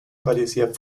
parecía